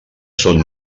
són